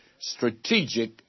strategic